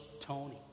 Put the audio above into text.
Tony